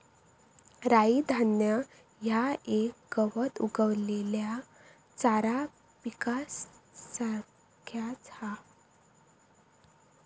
राई धान्य ह्या एक गवत उगवलेल्या चारा पिकासारख्याच हा